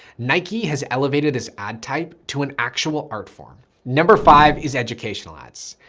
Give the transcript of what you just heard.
nike has elevated this ad type to an actual art form. number five is educational ads.